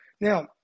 Now